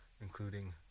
including